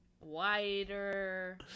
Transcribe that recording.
wider